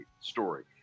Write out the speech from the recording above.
story